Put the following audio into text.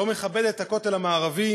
לא מכבדת את הכותל המערבי,